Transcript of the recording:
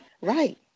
Right